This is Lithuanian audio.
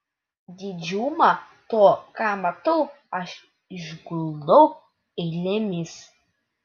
didžiumą to ką matau aš išguldau eilėmis